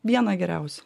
vieną geriausių